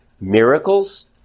Miracles